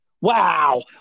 Wow